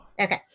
Okay